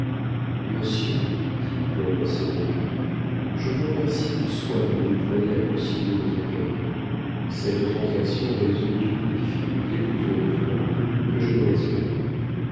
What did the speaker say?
monsieur dit paul à solonet je vous remercie du soin que vous prenez à concilier nos intérêts cette transaction résout toutes les difficultés plus heureusement que je ne l'espérais